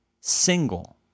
single